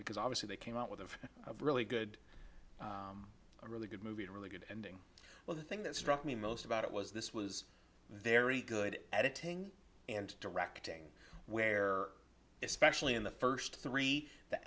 because obviously they came out with a of really good really good movie a really good ending well the thing that struck me most about it was this was there a good editing and directing where especially in the first three the